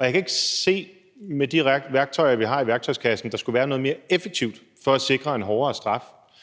Jeg kan ikke se – med de værktøjer, vi har i værktøjskassen – at der skulle være noget mere effektivt for at sikre en hårdere straf.